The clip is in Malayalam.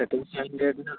set books